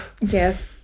Yes